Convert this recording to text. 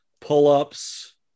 pull-ups